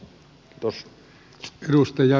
arvoisa puhemies